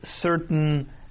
certain